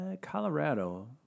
Colorado